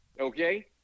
Okay